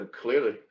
Clearly